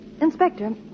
Inspector